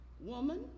Woman